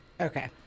Okay